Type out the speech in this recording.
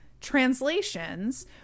translations